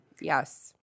Yes